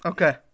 Okay